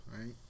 right